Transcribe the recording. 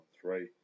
three